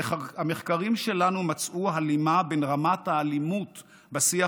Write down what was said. המחקרים שלנו מצאו הלימה בין רמת האלימות בשיח